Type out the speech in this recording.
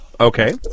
Okay